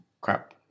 crap